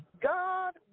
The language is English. God